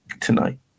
tonight